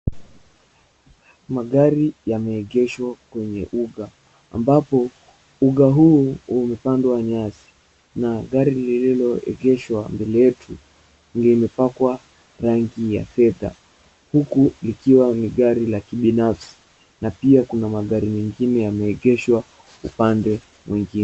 Magari yameegeshwa kwenye uga, ambapo uga huu umepandwa nyasi, na gari lililoegeshwa mbele yetu limepakwa rangi ya fedha, huku likiwa ni gari la kibinafsi. Na pia kuna magari mengine yameegeshwa upande mwingine.